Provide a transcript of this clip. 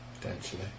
Potentially